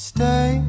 Stay